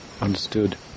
understood